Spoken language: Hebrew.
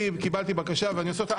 אני מבחינתי קיבלתי בקשה ואני עושה אותה.